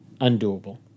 undoable